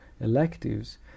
electives